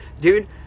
dude